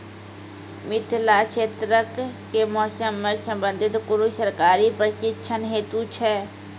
मिथिला क्षेत्रक कि मौसम से संबंधित कुनू सरकारी प्रशिक्षण हेतु छै?